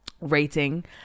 Rating